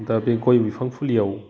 दा बे गय बिफां फुलियाव